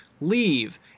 leave